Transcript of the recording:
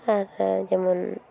ᱟᱨ ᱡᱮᱢᱚᱱ